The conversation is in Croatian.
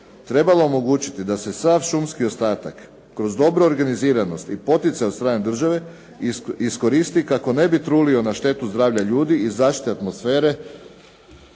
trebalo omogućiti da se sav šumski ostatak kroz dobru organiziranost i poticaj od strane države iskoristi kako ne bi trulio na štetu zdravlja ljudi i zaštite atmosfere,